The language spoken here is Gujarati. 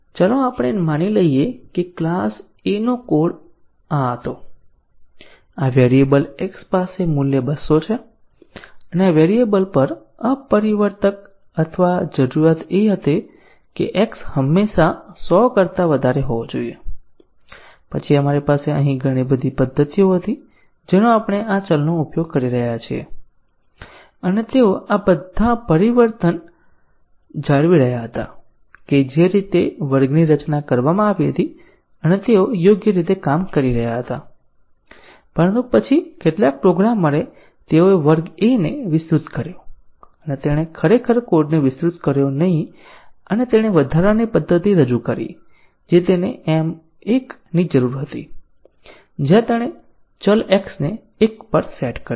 ચાલો આપણે માની લઈએ કે ક્લાસ A નો આ કોડ હતો આ વેરીએબલ x પાસે મૂલ્ય 200 છે અને આ વેરિયેબલ પર અપરિવર્તક અથવા જરૂરિયાત એ છે કે x હંમેશા 100 કરતા વધારે હોવો જોઈએ અને પછી આપણી પાસે અહીં ઘણી પદ્ધતિઓ હતી જેનો આપણે આ ચલનો ઉપયોગ કરી રહ્યા છીએ અને તેઓ બધા આ અપરિવર્તન જાળવી રહ્યા હતા કે જે રીતે વર્ગની રચના કરવામાં આવી હતી અને તેઓ યોગ્ય રીતે કામ કરી રહ્યા હતા પરંતુ પછી કેટલાક પ્રોગ્રામરે તેઓએ વર્ગ A ને વિસ્તૃત કર્યો અને તેણે ખરેખર કોડને વિસ્તૃત કર્યો નહીં અને અહીં તેણે વધારાની પદ્ધતિ રજૂ કરી જે તેને એમ 1 ની જરૂર હતી જ્યાં તેણે ચલ x ને 1 પર સેટ કર્યો